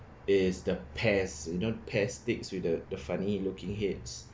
is the PEZ you know PEZ sticks with the the funny looking heads